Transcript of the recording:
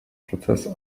процесс